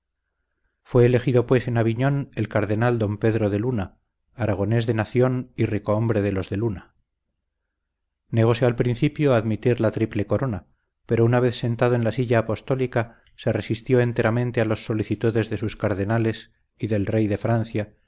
fue elegido pues en aviñón el cardenal don pedro de luna aragonés de nación y ricohombre de los de luna negóse al principio a admitir la triple corona pero una vez sentado en la silla apostólica se resistió enteramente a las solicitudes de sus cardenales y del rey de francia